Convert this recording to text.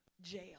jail